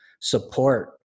support